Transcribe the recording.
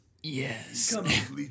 Yes